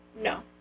No